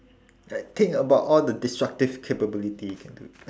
like think about all the destructive capability you can do